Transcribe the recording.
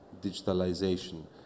digitalization